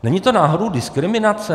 Není to náhodou diskriminace?